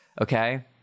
okay